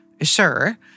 sure